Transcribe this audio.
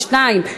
יש שתיים,